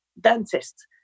dentists